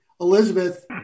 Elizabeth